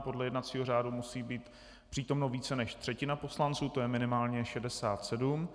Podle jednacího řádu musí být přítomna více než třetina poslanců, to je minimálně 67.